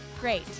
Great